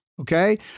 Okay